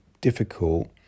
difficult